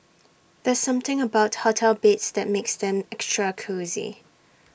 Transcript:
there's something about hotel beds that makes them extra cosy